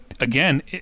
again